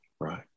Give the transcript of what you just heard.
right